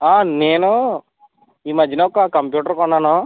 నేను ఈమధ్యన ఒక కంప్యూటర్ కొన్నాను